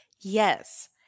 Yes